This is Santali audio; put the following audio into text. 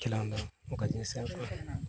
ᱠᱷᱮᱞᱳᱰ ᱫᱚ ᱚᱠᱟ ᱡᱤᱱᱤᱥ ᱠᱟᱱ ᱛᱟᱢᱟ